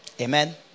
Amen